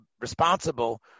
responsible